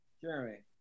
Jeremy